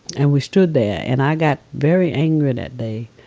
and we stood there. and i got very angry that day,